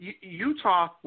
Utah